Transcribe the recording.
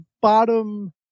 bottom